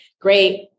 great